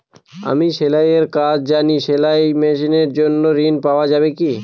আমি সেলাই এর কাজ জানি সেলাই মেশিনের জন্য ঋণ পাওয়া যাবে কি?